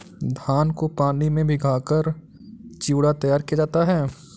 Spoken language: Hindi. धान को पानी में भिगाकर चिवड़ा तैयार किया जाता है